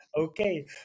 okay